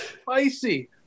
spicy